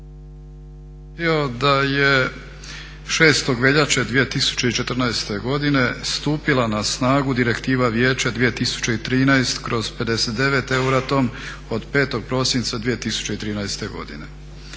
uključen./… da je 6. veljače 2014. godine stupila na snagu Direktiva Vijeća 2013/59 Euratom od 5. prosinca 2013. godine.